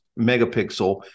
megapixel